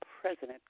President